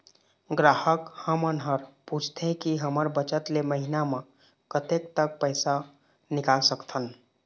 ग्राहक हमन हर पूछथें की हमर बचत ले महीना मा कतेक तक पैसा निकाल सकथन?